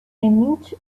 inch